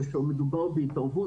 כאשר מדובר בהתערבות,